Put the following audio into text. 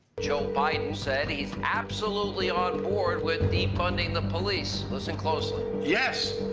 joe biden says he's absolutely on board with defunding the police. listen closely. yes,